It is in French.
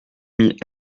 mit